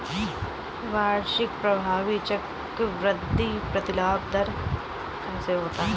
वार्षिक प्रभावी चक्रवृद्धि प्रतिलाभ दर कैसे प्राप्त होता है?